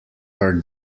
are